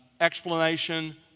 explanation